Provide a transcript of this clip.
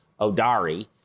Odari